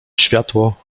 światło